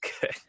good